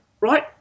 right